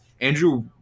Andrew